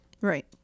Right